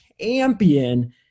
champion